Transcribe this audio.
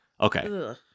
okay